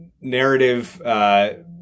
narrative